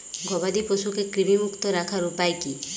গবাদি পশুকে কৃমিমুক্ত রাখার উপায় কী?